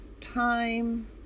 time